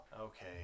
Okay